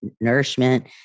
nourishment